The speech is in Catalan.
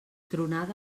tronada